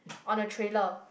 on a trailer